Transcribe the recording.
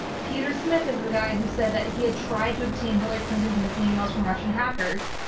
peter smith is the guy who said that he had tried to obtain hillary clinton's missing emails from russian hackers.